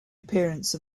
appearance